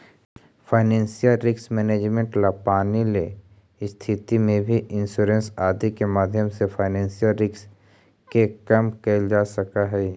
financial risk management ला पानी ले स्थिति में भी इंश्योरेंस आदि के माध्यम से फाइनेंशियल रिस्क के कम कैल जा सकऽ हई